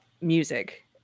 music